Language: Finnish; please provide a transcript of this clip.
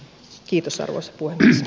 kiitos armas puinen